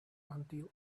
until